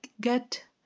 get